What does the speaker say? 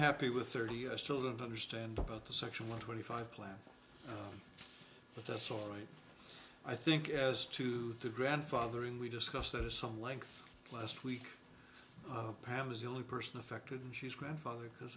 happy with thirty i still don't understand about the section one twenty five plan but that's all right i think as to the grandfather and we discussed it at some length last week pam was the only person affected and she's grandfathered because